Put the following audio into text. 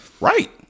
right